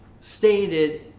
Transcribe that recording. stated